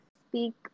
speak